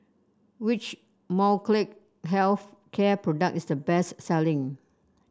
which Molnylcke Health Care product is the best selling